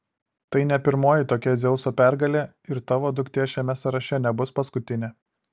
tai ne pirmoji tokia dzeuso pergalė ir tavo duktė šiame sąraše nebus paskutinė